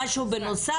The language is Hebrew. זה משהו בנוסף,